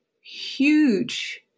huge